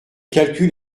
calcul